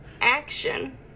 action